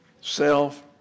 self